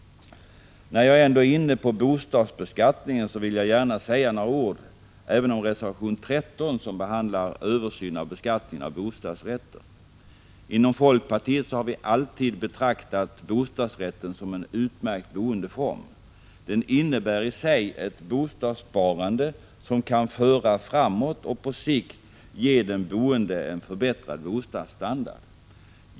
När jag ändå är inne på bostadsbeskattningen vill jag gärna säga några ord även om reservation 13, som behandlar översyn av beskattningen av bostadsrätter. Inom folkpartiet har vi alltid betraktat bostadsrätten som en utmärkt boendeform. Den innebär i sig ett bostadssparande som kan föra framåt och ge den boende en på sikt förbättrad bostadsstandard.